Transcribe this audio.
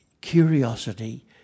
Curiosity